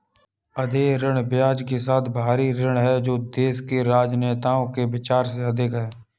अदेय ऋण ब्याज के साथ बाहरी ऋण है जो देश के राजनेताओं के विचार से अधिक है